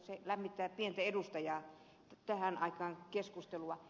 se lämmittää pientä edustajaa tähän aikaan keskustelua